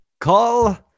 call